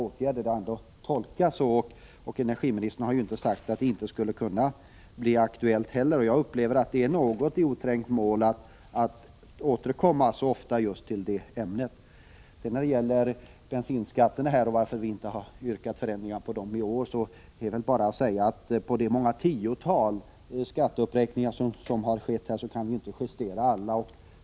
Uttalandena har ändå tolkats så, och energiministern har ju inte sagt att det inte skulle kunna bli aktuellt. Jag upplever saken så, att regeringen i oträngt mål ofta återkommer till ämnet. Detta är oroande. När det gäller frågan om varför vi i årets motioner inte har yrkat på ändringar av bensinskatterna är väl bara att säga att vi inte kan justera alla de många skattehöjningar som har skett. Det rör sig ju om flera tiotal sådana.